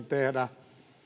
tehdä